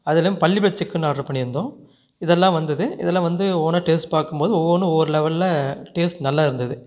அது இல்லாமல் Pallipalayam chicken order பண்ணிருந்தோம் இதெல்லாம் வந்துது இதெல்லான் வந்து ஓனா டேஸ்ட் பாக்கும்போது ஒவ்வொன்னு ஒவ்வொரு லெவல்ல டேஸ்ட் நல்லா இருந்துது